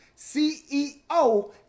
ceo